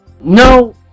No